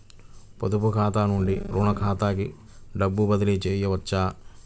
పొదుపు ఖాతా నుండీ, రుణ ఖాతాకి డబ్బు బదిలీ చేయవచ్చా?